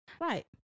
right